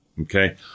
Okay